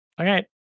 Okay